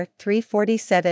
347